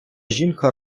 жінка